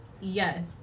Yes